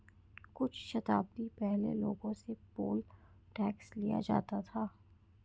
कुछ शताब्दी पहले लोगों से पोल टैक्स लिया जाता था